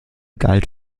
galt